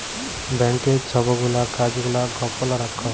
ব্যাংকের ছব গুলা কাজ গুলা গপল রাখ্যে